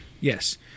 Yes